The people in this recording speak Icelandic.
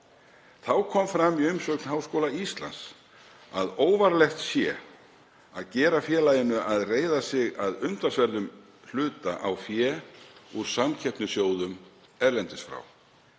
Þá kom fram í umsögn Háskóla Íslands að óvarlegt sé að gera félaginu að reiða sig að umtalsverðum hluta á fé úr samkeppnissjóðum erlendis frá.